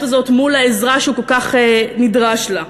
הזאת מול העזרה שהוא כל כך נדרש לה.